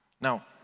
Now